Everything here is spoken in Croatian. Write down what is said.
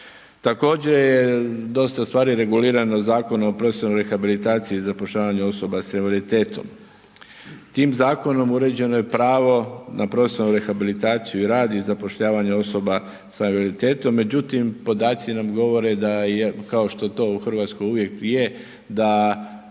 Također je dosta stvari regulirano Zakonom o profesionalnoj rehabilitaciji i zapošljavanju osoba sa invaliditetom. Tim zakonom uređeno je pravo na profesionalnu rehabilitaciju i rad i zapošljavanje osoba sa invaliditetom međutim podaci nam govore da kao što to u Hrvatskoj uvijek i je da